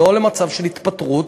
לא למצב של התפטרות.